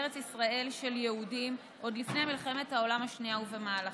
בארץ ישראל עוד לפני מלחמת העולם השנייה ובמהלכה.